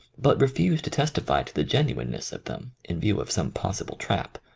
but refused to testify to the genuineness of them, in view of some pos sible trap.